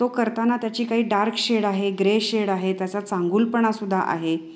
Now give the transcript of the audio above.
तो करताना त्याची काही डार्क शेड आहे ग्रे शेड आहे त्याचा चांगूलपणा सुद्धा आहे